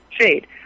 shade